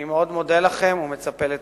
אני מאוד מודה לכם ומצפה לתמיכתכם.